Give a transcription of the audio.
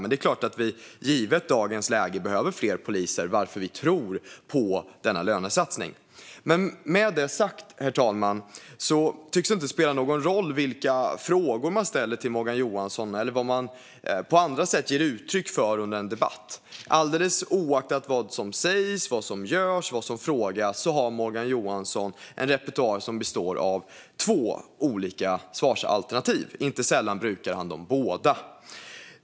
Men det är klart att vi givet dagens läge behöver fler poliser, varför vi tror på denna lönesatsning. Med det sagt, herr talman, tycks det inte spela någon roll vilka frågor man ställer till Morgan Johansson eller vad man på andra sätt ger uttryck för under en debatt. Alldeles oavsett vad som sägs, görs och frågas har Morgan Johansson en repertoar som består av två olika svarsalternativ. Inte sällan brukar han dem båda.